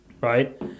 Right